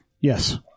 Yes